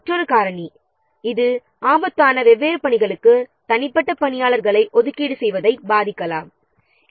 மற்றொரு ஆபத்து என்னவென்றால் தனிப்பட்ட பணியாளர்களை வெவ்வேறு பணிகளில் ஒதுக்க வேண்டும் என்பதாகும்